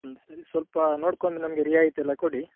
ಹ್ಞೂ ಸರಿ ಸ್ವಲ್ಪ ನೋಡಿಕೊಂಡು ನಮಗೆ ರಿಯಾಯಿತಿ ಎಲ್ಲ ಕೊಡಿ